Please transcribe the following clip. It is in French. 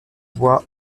boit